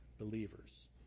believers